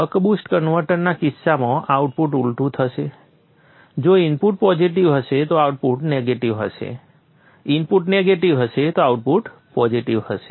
buck boost કન્વર્ટરના કિસ્સામાં output ઊલટું થશે જો ઇનપુટ પોઝિટિવ હશે તો આઉટપુટ નેગેટિવ હશે ઇનપુટ નેગેટિવ હશે આઉટપુટ પોઝિટિવ હશે